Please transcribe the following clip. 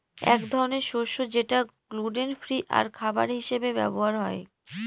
এক ধরনের শস্য যেটা গ্লুটেন ফ্রি আর খাবার হিসাবে ব্যবহার হয়